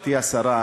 גברתי השרה,